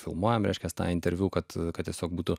filmuojame reiškiasi tai interviu kad kad tiesiog būtų